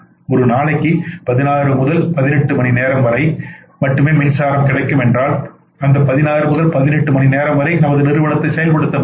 ஒரு நாளைக்கு 16 முதல் 18 மணி நேரம் மட்டுமே மின்சாரம் கிடைக்கும் என்றாள் அந்த 16 முதல் 18 மணி மணிநேரம் வரை நமது நிறுவனத்தை செயல்படுத்த முடியும்